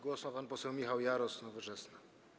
Głos ma pan poseł Michał Jaros, Nowoczesna.